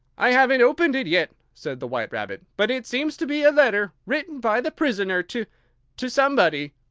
i haven't opened it yet, said the white rabbit, but it seems to be a letter, written by the prisoner to to somebody.